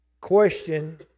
question